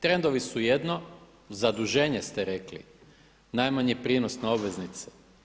Trendovi su jedno, zaduženje ste rekli, najmanji prinos na obveznice.